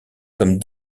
comme